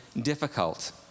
difficult